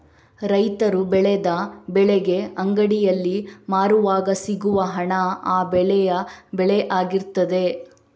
ರೈತರು ಬೆಳೆದ ಬೆಳೆಗೆ ಅಂಗಡಿಯಲ್ಲಿ ಮಾರುವಾಗ ಸಿಗುವ ಹಣ ಆ ಬೆಳೆಯ ಬೆಲೆ ಆಗಿರ್ತದೆ